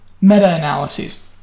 meta-analyses